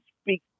speak